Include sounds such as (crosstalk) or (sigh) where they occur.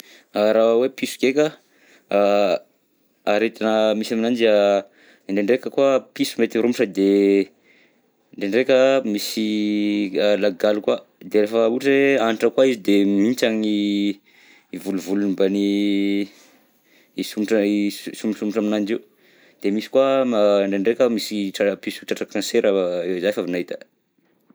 A (hesitation) raha hoe piso ndreka a (hesitation) aretina misy aminanjy, a indraindraika koa piso mety ho romotra de ndraindraika misy (hesitation) a- lagaly koa, de rehefa ohatra hoe antitra koa izy de mihinsagny (hesitation) volovolony mbany (hesitation) i somotra, i so- somosomotra aminanjy io, de misy koa ndraindraika misy piso tratran'ny cancera a (hesitation) za efa avy nahita.